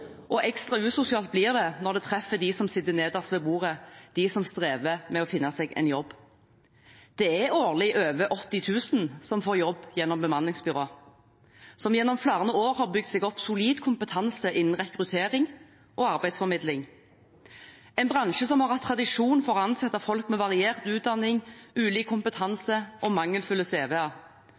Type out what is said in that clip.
og ekstra usosialt blir det når det treffer dem som sitter nederst ved bordet, de som strever med å finne seg en jobb. Det er årlig over 80 000 som får jobb gjennom bemanningsbyråer, som gjennom flere år har bygget seg opp solid kompetanse innen rekruttering og arbeidsformidling, en bransje som har hatt tradisjon for å ansette folk med variert utdanning, ulik kompetanse og mangelfulle